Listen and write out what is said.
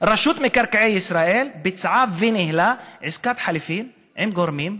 רשות מקרקעי ישראל ביצעה וניהלה עסקת חליפין עם גורמים פרטיים.